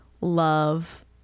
love